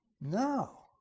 No